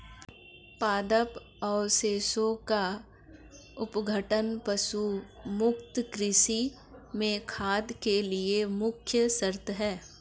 पादप अवशेषों का अपघटन पशु मुक्त कृषि में खाद के लिए मुख्य शर्त है